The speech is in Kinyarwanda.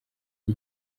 ari